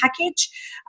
package